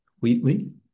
Wheatley